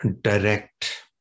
direct